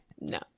No